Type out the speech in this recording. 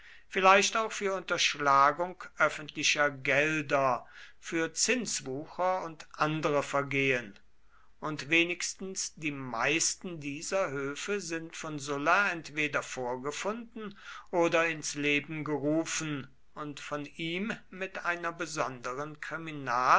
vielleicht auch für unterschlagung öffentlicher gelder für zinswucher und andere vergehen und wenigstens die meisten dieser höfe sind von sulla entweder vorgefunden oder ins leben gerufen und von ihm mit einer besonderen kriminal